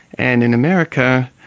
and in america,